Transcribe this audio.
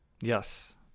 Yes